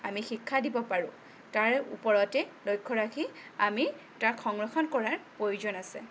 আমি শিক্ষা দিব পাৰোঁ তাৰ ওপৰতে লক্ষ্য ৰাখি আমি তাক সংৰক্ষণ কৰাৰ প্ৰয়োজন আছে